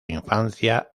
infancia